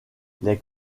les